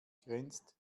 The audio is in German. grenzt